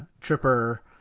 Tripper